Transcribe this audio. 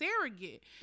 surrogate